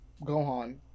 gohan